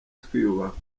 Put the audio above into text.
twiyubaka